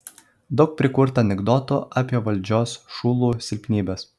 daug prikurta anekdotų apie valdžios šulų silpnybes